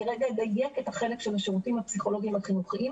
אני רגע אדייק את החלק של השירותים הפסיכולוגים החינוכיים,